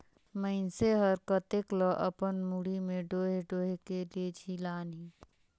मइनसे हर कतेक ल अपन मुड़ी में डोएह डोएह के लेजही लानही